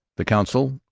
the council,